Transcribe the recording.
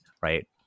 right